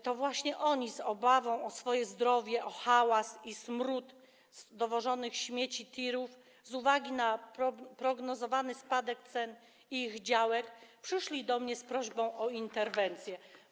To właśnie oni w obawie o swoje zdrowie, o hałas i smród z dowożących śmieci tirów, z uwagi na prognozowany spadek cen ich działek przyszli do mnie z prośbą o interwencję.